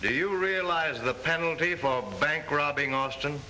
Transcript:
do you realize the penalty of bank robbing austin